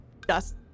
dust